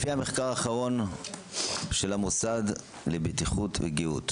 לפי המחקר האחרון של המוסד לבטיחות וגהות,